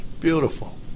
Beautiful